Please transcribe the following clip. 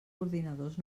ordinadors